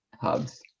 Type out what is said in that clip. hubs